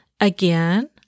Again